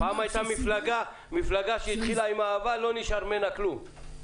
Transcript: הייתה מפלגה שהתחילה עם "אבל" ולא נשאר ממנה כלום.